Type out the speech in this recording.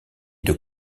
deux